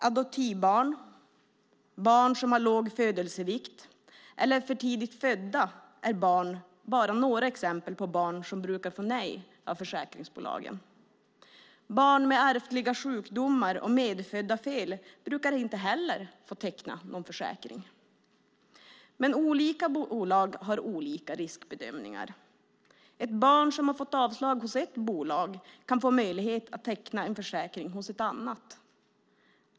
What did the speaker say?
Adoptivbarn och barn som har låg födelsevikt eller är för tidigt födda är bara några exempel på barn som brukar få nej från försäkringsbolagen. Barn med ärftliga sjukdomar och medfödda fel brukar inte heller få teckna en försäkring. Men olika bolag har olika riskbedömningar. Ett barn som har fått avslag hos ett visst bolag kan få möjlighet att teckna en försäkring hos ett annat.